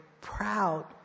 proud